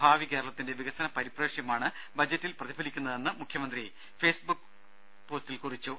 ഭാവി കേരളത്തിന്റെ വികസന പരിപ്രേക്ഷ്യമാണ് ബജറ്റിൽ പ്രതിഫലിക്കുന്നതെന്ന് മുഖ്യമന്ത്രി ഫേസ്ബുക്ക് കുറിപ്പിൽ അറിയിച്ചു